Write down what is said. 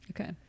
Okay